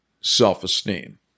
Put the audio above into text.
self-esteem